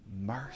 mercy